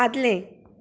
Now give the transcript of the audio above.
आदलें